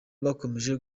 bakomeje